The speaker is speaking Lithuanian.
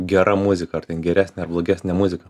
gera muzika ar ten geresnė ar blogesnė muzika